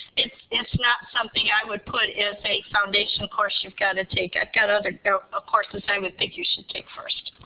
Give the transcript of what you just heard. it's it's not something i would put as a foundational course you've got to take. i've got other there are ah courses i would think you should take first.